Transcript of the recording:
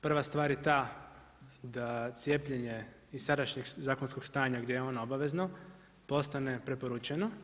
Prva stvar je ta da cijepljenje iz sadašnjeg zakonskog stanja gdje je ono obavezno, postane preporučeno.